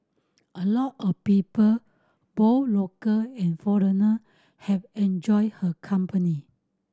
a lot of people both local and foreigner have enjoyed her company